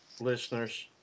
listeners